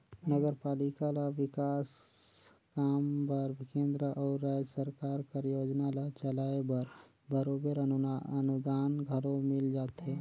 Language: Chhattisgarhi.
नगरपालिका ल बिकास काम बर केंद्र अउ राएज सरकार कर योजना ल चलाए बर बरोबेर अनुदान घलो मिल जाथे